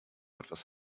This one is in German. etwas